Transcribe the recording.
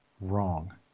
wrong